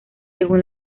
según